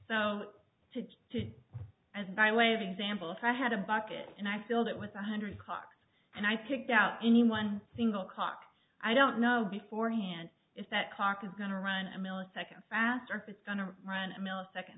so to to as by way of example if i had a bucket and i filled it with one hundred cocks and i picked out any one single cock i don't know before hand if that clock is going to run a millisecond faster if it's going to run a millisecond